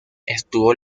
estuvo